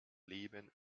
leben